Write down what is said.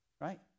Right